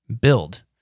build